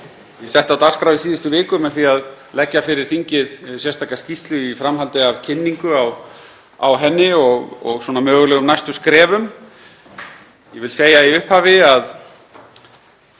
ég setti á dagskrá í síðustu viku með því að leggja fyrir þingið sérstaka skýrslu í framhaldi af kynningu á henni og mögulegum næstu skrefum. Ég vil segja í upphafi að